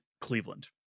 Cleveland